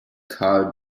karl